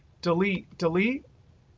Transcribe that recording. delete, delete,